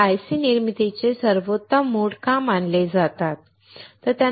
ते IC निर्मितीचे सर्वोत्तम मोड का मानले जातात